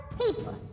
people